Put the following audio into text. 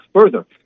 further